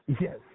yes